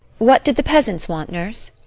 what did the peasants want, nurse?